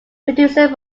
producer